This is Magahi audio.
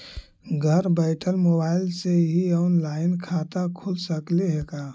घर बैठल मोबाईल से ही औनलाइन खाता खुल सकले हे का?